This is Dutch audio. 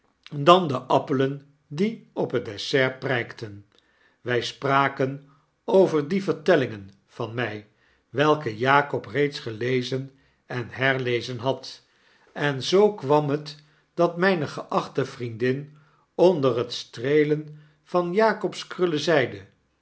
dan de appelen die op het dessert prijkten wij spraken over die vertellingen van mij welke jakob reeds gelezen en herlezen had en zoo kwam het dat mijne geachte vriendin onder het streelen van jakob's krullen zeide